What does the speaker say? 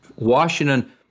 Washington